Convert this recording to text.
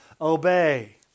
Obey